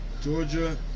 Georgia